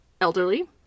elderly